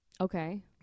Okay